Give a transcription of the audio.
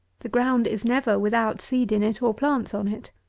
the ground is never without seed in it or plants on it.